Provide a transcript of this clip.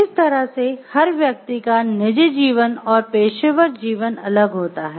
इस तरह से हर व्यक्ति का निजी जीवन और पेशेवर जीवन अलग होता है